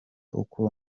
uko